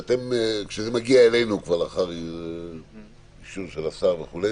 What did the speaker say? כשזה מגיע אלינו לאחר אישור של השר וכו',